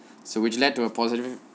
so which led to a positive